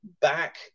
back